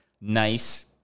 nice